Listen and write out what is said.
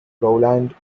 rowland